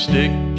Stick